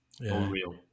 Unreal